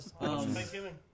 Thanksgiving